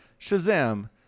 Shazam